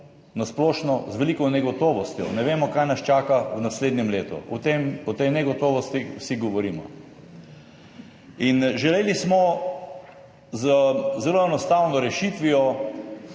na splošno z veliko negotovostjo. Ne vemo, kaj nas čaka v naslednjem letu. O tej negotovosti vsi govorimo. Zato smo želeli z zelo enostavno rešitvijo